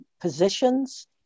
positions